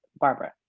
Barbara